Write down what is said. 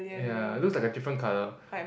yeah looks like a different colour